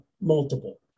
multiple